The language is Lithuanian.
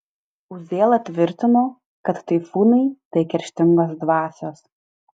uzėla tvirtino kad taifūnai tai kerštingos dvasios